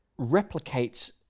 replicates